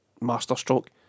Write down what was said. masterstroke